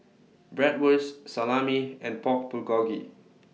Bratwurst Salami and Pork Bulgogi